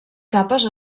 capes